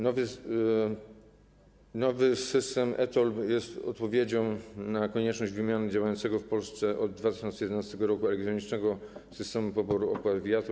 Nowy system e-TOLL jest odpowiedzią na konieczność wymiany działającego w Polsce od 2011 r. elektronicznego systemu poboru opłat via-TOLL.